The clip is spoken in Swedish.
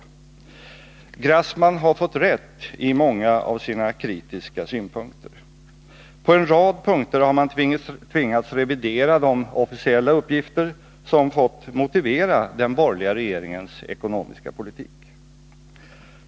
Sven Grassman har fått rätt när det gäller många av sina kritiska synpunkter. På en rad punkter har man tvingats revidera de officiella uppgifter som fått motivera den borgerliga regeringens politik.